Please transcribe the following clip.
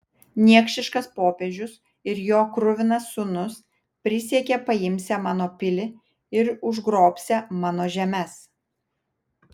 niekšiškas popiežius ir jo kruvinas sūnus prisiekė paimsią mano pilį ir užgrobsią mano žemes